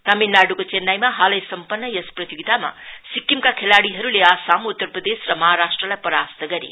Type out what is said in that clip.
तामिलनाडुको चेन्नाईमा हालै सम्पन्न यस प्रतियोगितामा सिक्किमका खेलाड़ीले आसामउत्तर प्रदेश र महाराष्ट्रलाई परास्त गरे